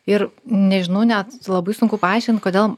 ir nežinau net labai sunku paaiškint kodėl